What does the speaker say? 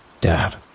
Dad